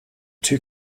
two